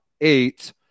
eight